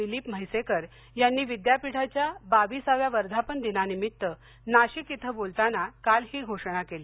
दिलीप म्हैसेकर यांनी विद्यापीठाच्या बाविसाव्या वर्धापनदिनानिमित्त नाशिक इथं बोलताना काल ही घोषणा केली